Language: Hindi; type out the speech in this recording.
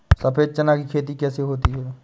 सफेद चना की खेती कैसे होती है?